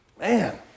Man